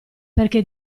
perché